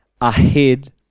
ahead